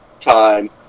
time